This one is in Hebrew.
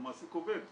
הוא מעסיק עובד.